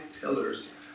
pillars